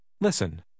Listen